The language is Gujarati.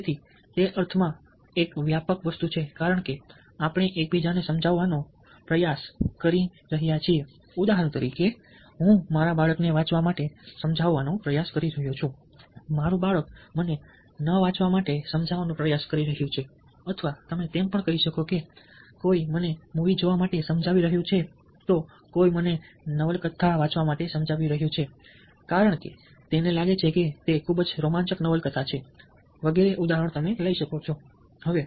તેથી તે અર્થમાં એક વ્યાપક વસ્તુ છે કારણ કે આપણે એકબીજાને સમજાવવાનો પ્રયાસ કરી રહ્યા છીએ ઉદાહરણ તરીકે હું મારા બાળકને વાંચવા માટે સમજાવવાનો પ્રયાસ કરી રહ્યો છું મારું બાળક મને ન વાંચવા માટે સમજાવવાનો પ્રયાસ કરી રહ્યું છે અથવા કોઈ મને મૂવી જોવા માટે સમજાવી રહ્યું છે તો કોઈ મને નવલકથા વાંચવા માટે સમજાવી રહ્યું છે કારણ કે તેને લાગે છે કે તે ખૂબ જ રોમાંચક નવલકથા છે વગેરે